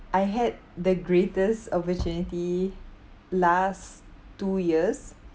I had the greatest opportunity last two years